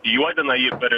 juodina jį per